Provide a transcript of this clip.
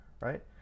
right